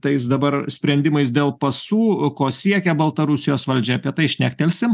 tais dabar sprendimais dėl pasų ko siekia baltarusijos valdžia apie tai šnektelsim